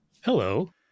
Hello